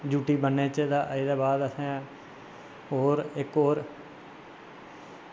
duty बनने दे बाद गै ड्यूटी एह् असें होर इक्क होर